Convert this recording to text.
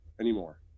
anymore